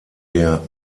der